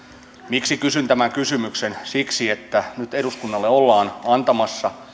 miksi kysyn tämän kysymyksen siksi että nyt eduskunnalle ollaan antamassa